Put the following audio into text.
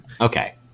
Okay